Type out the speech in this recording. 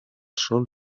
sol